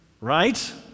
right